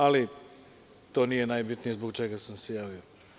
Ali, to nije najbitnije zbog čega sam se javio.